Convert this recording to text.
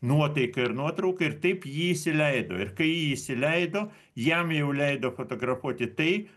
nuotaika ir nuotrauka ir taip jį įsileido ir kai jį įsileido jam jau leido fotografuoti tai